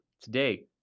today